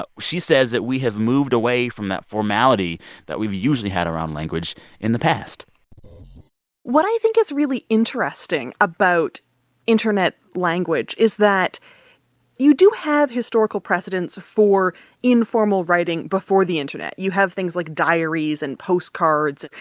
but she says that we have moved away from that formality that we've usually had around language in the past what i think is really interesting about internet language is that you do have historical precedents for informal writing before the internet. you have things like diaries and postcards.